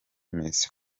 messi